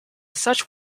such